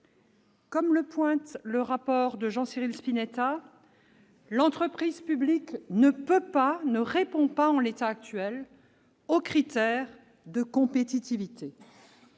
Comme le pointe le rapport de Jean-Cyril Spinetta, l'entreprise publique ne répond pas, en l'état actuel, aux critères de compétitivité.